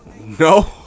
No